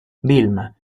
vilma